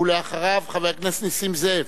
ואחריו, חבר הכנסת נסים זאב.